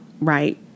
right